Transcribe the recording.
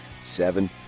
seven